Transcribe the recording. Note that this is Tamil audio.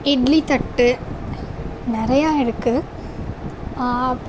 இட்லி தட்டு நிறையா இருக்கு